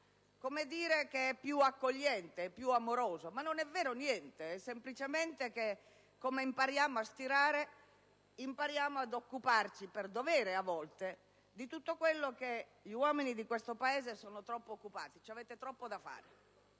un DNA che è più accogliente e più rumoroso; ma non è vero niente: è semplicemente che, come impariamo a stirare, impariamo ad occuparci, per dovere a volte, di tutto quello che gli uomini di questo Paese sono troppo occupati per seguire: avete troppo da fare